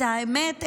האמת,